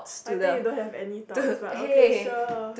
I think you don't have any thoughts like okay sure